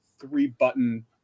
three-button